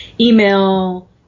email